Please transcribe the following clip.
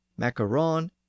macaron